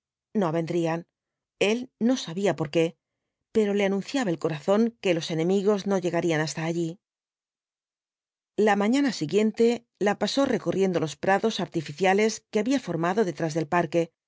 no vendrían el no sabía por qué pero le anunciaba el corazón que los enemigos no llegarían hasta allí la mañana siguiente la pasó recorriendo los prados artificiales que había formado detrás del parque